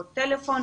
טלפון,